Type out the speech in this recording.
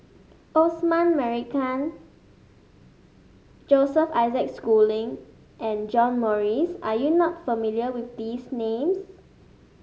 Osman Merican Joseph Isaac Schooling and John Morrice are you not familiar with these names